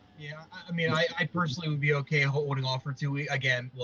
yeah i mean i personally would be okay holding off for two weeks. again,